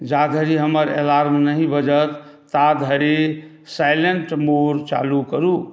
जाधरि हमर अलार्म नहि बाजत ताधरि साइलेन्ट मोड चालू करू